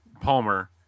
Palmer